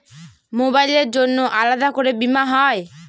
মোবাইলের জন্য আলাদা করে বীমা হয়?